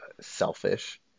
selfish